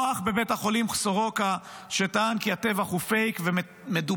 או אח בבית החולים סורוקה שטען כי הטבח הוא פייק ומדובר